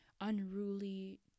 unruly